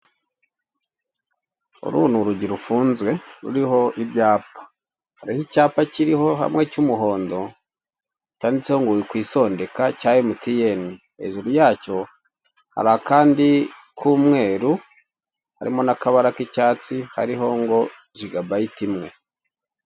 Uru nin urigi rufunze ruriho ibyapa. Hariho icyapa kiriho hamwe cy'umuhondo cyanditseho ngo wikwisondeka cya mtn, hejuru yacyoo hari akandi k'umweru harimo n'akabara k'icyatsi kariho ngo jigabayite imwe.